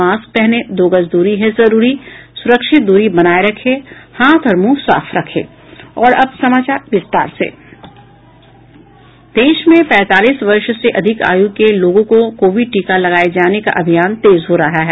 mask पहनें दो गज दूरी है जरूरी सुरक्षित दूरी बनाये रखें हाथ और मुंह साफ रखें अब समाचार विस्तार से देश में पैंतालीस वर्ष से अधिक आय़् के लोगों को कोविड टीका लगाये जाने का अभियान तेज हो रहा है